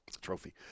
trophy